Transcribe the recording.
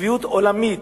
צביעות עולמית,